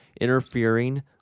interfering